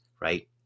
right